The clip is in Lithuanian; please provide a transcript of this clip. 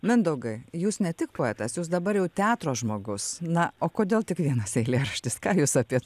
mindaugai jūs ne tik poetas jūs dabar jau teatro žmogus na o kodėl tik vienas eilėraštis ką jūs apie